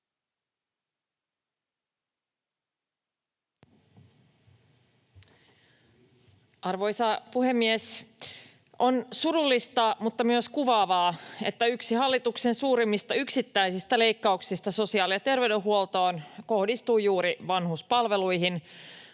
Arvoisa puhemies! On surullista mutta myös kuvaavaa, että yksi hallituksen suurimmista yksittäisistä leikkauksista sosiaali- ja terveydenhuoltoon kohdistuu juuri vanhuspalveluihin,